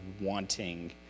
wanting